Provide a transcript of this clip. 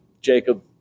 Jacob